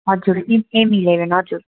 हजुर M M eleven हजुर